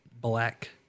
black